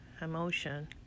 emotion